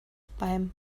beim